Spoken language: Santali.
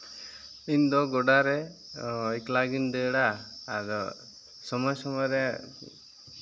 ᱤᱧᱫᱚ ᱜᱳᱰᱟ ᱨᱮ ᱮᱠᱞᱟ ᱜᱤᱧ ᱫᱟᱹᱲᱟ ᱟᱫᱚ ᱥᱚᱢᱚᱭ ᱥᱚᱢᱚᱭ ᱨᱮ